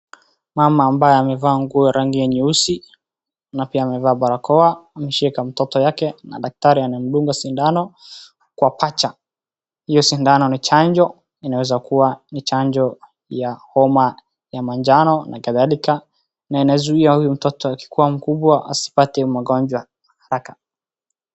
Mama ambaye amevaa nguo rangi ya nyeusi na pia amevaa barakoa ameshika mtoto yake na daktari anamdunga sindano kwa pacha. Hio sindano ni chanjo. Inaeza kuwa ni chanjo ya homa ya majano na kadhalika na inazuia huyu mtoto akiwa mkubwa asipate magonjwa haraka.